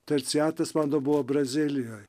terciatas mano buvo brazilijoj